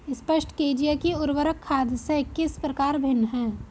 स्पष्ट कीजिए कि उर्वरक खाद से किस प्रकार भिन्न है?